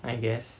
I guess